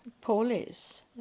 police